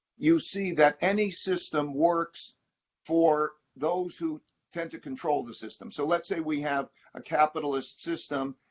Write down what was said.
you see that any system works for those who tend to control the system. so let's say we have a capitalist system,